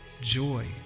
Joy